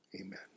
amen